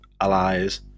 allies